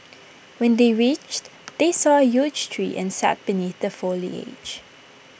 when they reached they saw huge tree and sat beneath the foliage